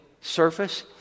surface